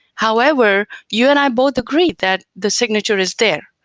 however, you and i both agree that the signature is there,